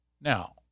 now